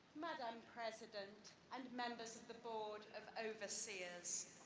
madam president and members of the board of overseers,